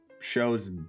shows